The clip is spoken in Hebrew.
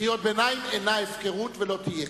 קריאות ביניים אינן הפקרות, ולא יהיו.